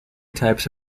types